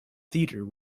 theater